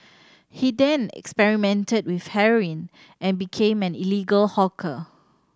he then experimented with heroin and became an illegal hawker